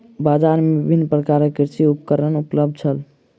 बजार में विभिन्न प्रकारक कृषि उपकरण उपलब्ध छल